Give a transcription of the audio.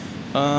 err